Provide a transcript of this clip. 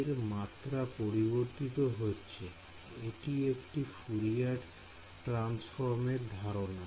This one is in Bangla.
এর মাত্রা পরিবর্তিত হচ্ছে এটি একটি ফুরিয়ার ট্রানসফর্ম এর ধারণা